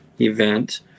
event